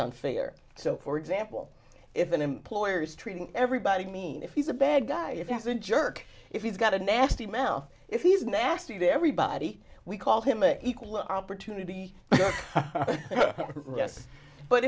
unfair so for example if an employer is treating everybody i mean if he's a bad guy if has a jerk if he's got a nasty mouth if he's nasty there everybody we call him an equal opportunity yes but